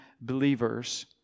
believers